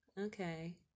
okay